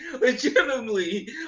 legitimately